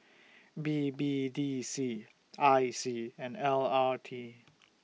B B D C I C and L R T